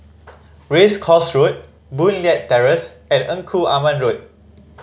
Race Course Road Boon Leat Terrace and Engku Aman Road